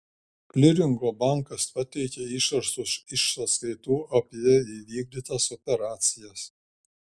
kliringo bankas pateikia išrašus iš sąskaitų apie įvykdytas operacijas